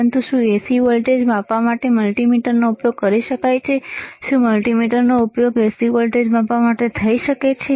પરંતુ શું AC voltage માપવા માટે મલ્ટિમીટરનો ઉપયોગ કરી શકાય છેશું મલ્ટિમીટરનો ઉપયોગ એસી વોલ્ટેજ માપવા માટે થઈ શકે છે